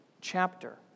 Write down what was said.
chapter